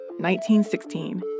1916